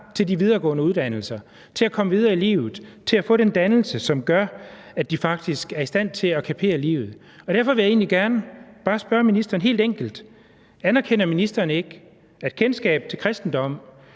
til de videregående uddannelser, til at komme videre i livet, og til at få den dannelse, som gør, at de faktisk er i stand til at kapere livet. Derfor vil jeg egentlig bare gerne spørge ministeren helt enkelt: Anerkender ministeren ikke, at kendskab til kristendommen